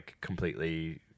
completely